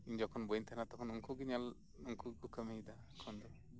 ᱡᱚᱠᱷᱚᱱ ᱵᱟᱹᱧ ᱛᱟᱦᱮᱸᱱᱟ ᱛᱚᱠᱷᱚᱱ ᱩᱱᱠᱩ ᱜᱮ ᱧᱮᱞ ᱩᱱᱠᱩ ᱜᱮᱠᱚ ᱠᱟᱹᱢᱤᱭ ᱫᱟ ᱮᱠᱷᱚᱱ ᱫᱚ